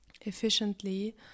efficiently